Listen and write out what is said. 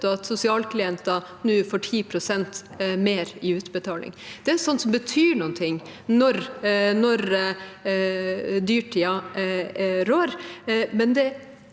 at sosialklienter nå får 10 pst. mer i utbetaling. Det er sånt som betyr noe når dyrtiden rår.